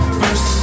first